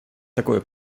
такое